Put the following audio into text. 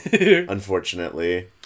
Unfortunately